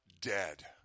dead